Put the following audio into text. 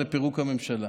לפירוק הממשלה.